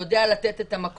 הוא יודע לתת את המקום.